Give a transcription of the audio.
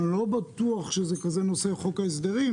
אני לא בטוח שזה כזה נושא חוק ההסדרים